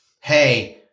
hey